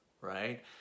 right